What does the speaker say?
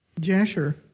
Jasher